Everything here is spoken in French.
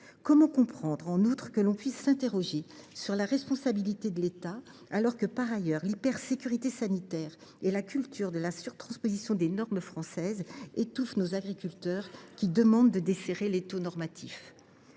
Comment comprendre, en outre, que l’on puisse s’interroger sur la responsabilité de l’État alors que, par ailleurs, l’hypersécurité sanitaire et la culture française de la surtransposition des normes étouffent nos agriculteurs, qui demandent de desserrer l’étau normatif ?